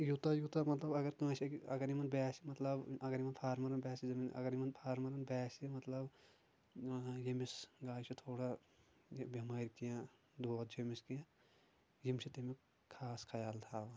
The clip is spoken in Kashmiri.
یوٗتاہ یوٗتاہ مطلب اَگر کٲنٛسہِ اَگر یِمن باسہِ مطلب اَگر یِمن فارمَرن باسہِ زمیٖن اگر یِمَن فارمرن باسہِ مطلب ییٚمِس گاوِ چھٕ تھوڑا بیٚمٲرۍ کیٚنٛہہ دود چھُ أمِس کیٚنٛہہ یِم چھِ تٔمِیُک خاص خیال تھاوان